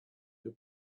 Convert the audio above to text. you